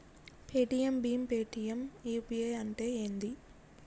Paytm భీమ్ Paytm UPI అంటే ఏంది?